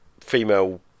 female